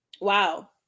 Wow